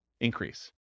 increase